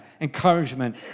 encouragement